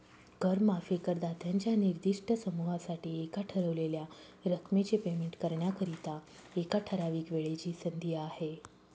कर माफी करदात्यांच्या निर्दिष्ट समूहासाठी एका ठरवलेल्या रकमेचे पेमेंट करण्याकरिता, एका ठराविक वेळेची संधी आहे